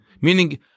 meaning